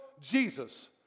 Jesus